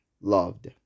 loved